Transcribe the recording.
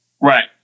Right